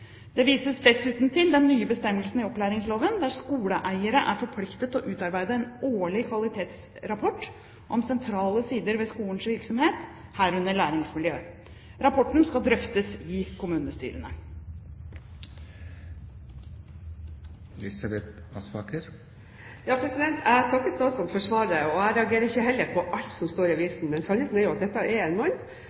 Det vises dessuten til den nye bestemmelsen i opplæringsloven, der skoleeierne er forpliktet til å utarbeide en årlig kvalitetsrapport om sentrale sider ved skolens virksomhet, herunder læringsmiljøet. Rapporten skal drøftes i kommunestyret. Jeg takker statsråden for svaret. Jeg reagerer heller ikke på alt som står i avisen. Men sannheten er jo at dette er en mann